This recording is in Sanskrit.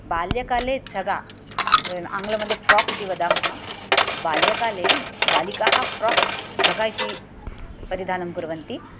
बाल्यकाले यदा वयम् आङ्ग्लमदे फ़्राक् इति वदामः बाल्यकाले बालिकाः फ़्राक् जगा इति परिधानं कुर्वन्ति